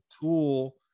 tool